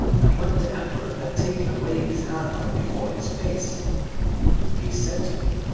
and when the emperor had taken away his hands from before his face he said to me